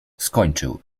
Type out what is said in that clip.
skończył